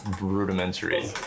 rudimentary